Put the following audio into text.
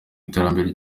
iterambere